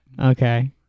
Okay